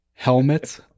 Helmet